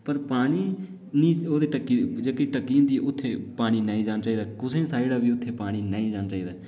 पर पानी नी औदी टक्की र जेकी टक्की औंदी उत्थे नेई जाना चाहिदा कुसे साइड़ा बी पानी उत्थे नेई जाना चाहिदा